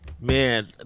Man